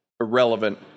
irrelevant